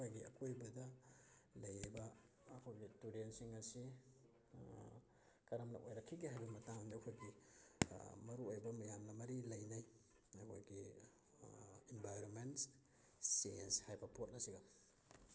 ꯑꯩꯈꯣꯏꯒꯤ ꯑꯀꯣꯏꯕꯗ ꯂꯩꯔꯤꯕ ꯑꯩꯈꯣꯏꯒꯤ ꯇꯨꯔꯦꯜꯁꯤꯡ ꯑꯁꯤ ꯀꯔꯝꯅ ꯑꯣꯏꯔꯛꯈꯤꯒꯦ ꯍꯥꯏꯕꯒꯤ ꯃꯇꯥꯡꯗ ꯑꯩꯈꯣꯏꯒꯤ ꯃꯔꯨꯑꯣꯏꯕ ꯃꯌꯥꯝꯅ ꯃꯔꯤ ꯂꯩꯅꯩ ꯑꯩꯈꯣꯏꯒꯤ ꯏꯟꯚꯥꯏꯔꯣꯟꯃꯦꯟ ꯆꯦꯟꯖ ꯍꯥꯏꯕ ꯄꯣꯠ ꯑꯁꯤꯒ